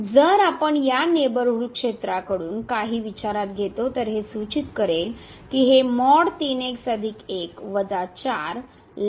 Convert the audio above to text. जर आपण या नेबरहूड क्षेत्राकडून काही विचारात घेतो तर हे सूचित करेल की हे